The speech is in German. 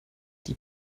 die